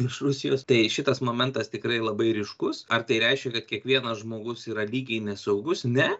iš rusijos tai šitas momentas tikrai labai ryškus ar tai reiškia kad kiekvienas žmogus yra lygiai nesaugus ne